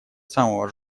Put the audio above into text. самого